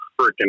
freaking